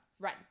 Run